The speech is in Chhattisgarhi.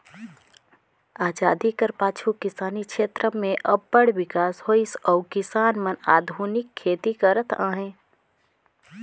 अजादी कर पाछू किसानी छेत्र में अब्बड़ बिकास होइस अउ किसान मन आधुनिक खेती करत अहें